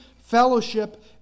fellowship